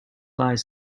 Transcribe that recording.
lies